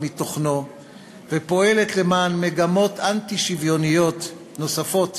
מתוכנו ופועלת למען מגמות אנטי-שוויוניות נוספות